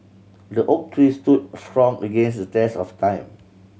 the oak tree stood strong against the test of time